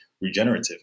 regenerative